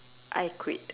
I quit